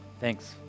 Thanks